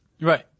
right